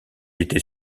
était